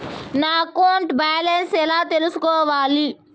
నా account balance ఎలా తెల్సుకోవాలి